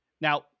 Now